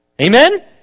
amen